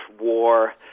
war